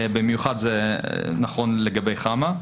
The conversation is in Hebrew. במיוחד זה נכון לגבי חמ"ע.